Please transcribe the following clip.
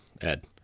Ed